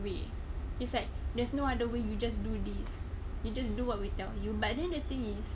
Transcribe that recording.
way it's like there's no other way you just do this you just do what we tell you but then the thing is